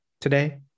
today